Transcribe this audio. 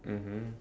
mmhmm